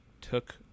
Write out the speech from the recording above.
took